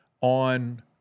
on